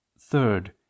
Third